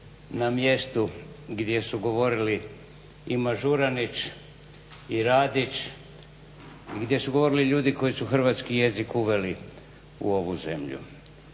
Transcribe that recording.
na mjestu gdje su govorili i Mažuranić i Radić i gdje su govorili ljudi koji su hrvatski jezik uveli u ovu zemlju.